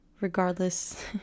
regardless